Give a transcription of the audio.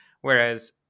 Whereas